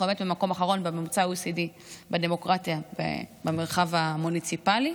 אנחנו באמת במקום האחרון בממוצע ה-OECD בדמוקרטיה במרחב המוניציפלי.